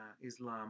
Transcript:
Islam